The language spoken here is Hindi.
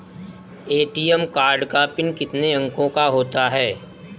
ए.टी.एम कार्ड का पिन कितने अंकों का होता है?